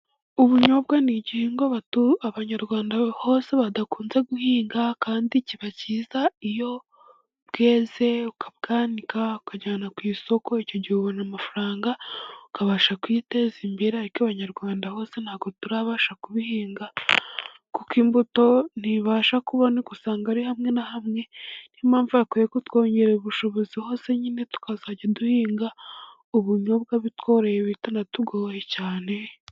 Ubunyobwa ni igihingwa Abanyarwanda hose badakunze guhinga, kandi kiba cyiza. Iyo bweze ukabwanika ukajyana ku isoko, icyo gihe ubona amafaranga ukabasha kwiteza imbere. Ariko Abanyarwanda bose ntabwo turabasha kubuhinga, kuko imbuto ntibasha kuboneka usanga ari hamwe na hamwe. Ni yo mpamvu bakwiye kutwongerera ubushobozi hose nyine tukazajya duhinga Ubunyobwa bitworoheye, bitanatugoye cyane.